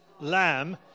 lamb